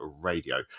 Radio